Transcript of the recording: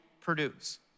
produce